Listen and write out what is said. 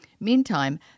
Meantime